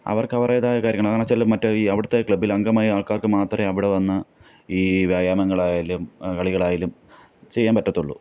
അവർക്ക് അവരുടേതായ കാര്യങ്ങൾ എന്നാന്ന് വച്ചാൽ മറ്റേ ഈ അവിടുത്തെ ക്ലബ്ബിൽ അംഗമായ ആൾക്കാർക്ക് മാത്രമേ അവിടെ വന്ന് ഈ വ്യായാമങ്ങളായാലും കളികളായാലും ചെയ്യാൻ പറ്റത്തുള്ളു